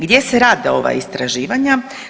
Gdje se rade ova istraživanja?